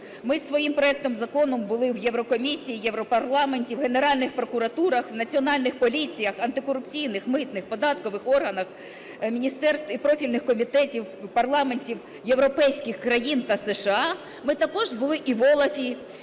Ми з своїм проектом закону були в Єврокомісії, в Європарламенті, в генеральних прокуратурах, в національних поліціях, антикорупційних, митних, податкових органах міністерств і профільних комітетів парламентів європейських країн та США. Ми також були і в OLAF,